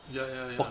ya ya ya